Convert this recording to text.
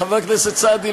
חבר הכנסת סעדי,